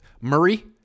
Murray